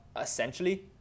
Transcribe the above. essentially